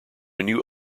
new